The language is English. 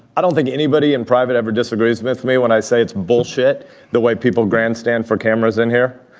i don't think anybody in private ever disagrees with me when i say it's bullshit the way people grandstand for cameras in here.